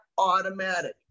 automatic